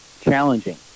challenging